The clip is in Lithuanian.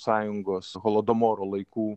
sąjungos holodomoro laikų